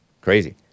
Crazy